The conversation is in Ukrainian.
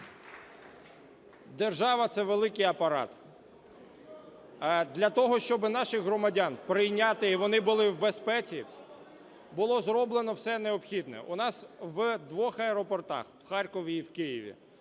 Держава – це великий апарат. Для того, щоби наших громадян прийняти, і вони були в безпеці, було зроблено все необхідне. У нас в двох аеропортах в Харкові і в Києві